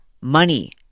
money